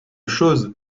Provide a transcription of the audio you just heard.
chose